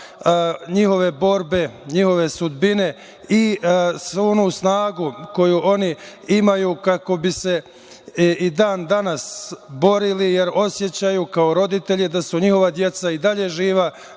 njihove borbe, njihove sudbine, i svu onu snagu koju oni imaju kako bi se i dan danas borili, jer osećaju kao roditelji da su njihova deca i dalje živa,